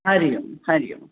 हरिओम हरिओम